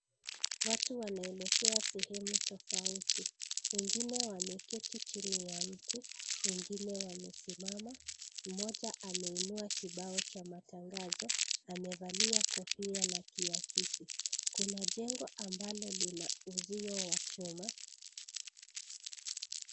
Watu wanaelekea sehemu tofauti. Wengine wameketi chini ya mti. Wengine wamesimama. Mmoja ameinua kibao cha matangazo, na amevalia kofia na kiakisi. Kuna jengo ambalo lina uzio wa chuma.